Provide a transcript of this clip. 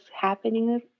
happening